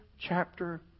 chapter